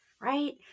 right